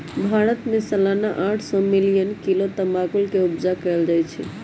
भारत में सलाना आठ सौ मिलियन किलो तमाकुल के उपजा कएल जाइ छै